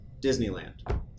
Disneyland